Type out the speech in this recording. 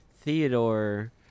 Theodore